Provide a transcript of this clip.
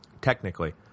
Technically